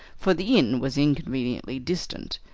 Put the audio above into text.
for the inn was inconveniently distant.